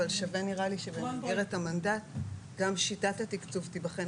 אבל שווה שבמסגרת המנדט גם שיטת התקצוב תיבחן,